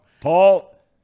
Paul